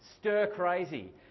stir-crazy